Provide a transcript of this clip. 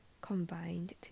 combined